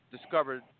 discovered